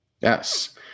Yes